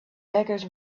beggars